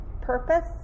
Purpose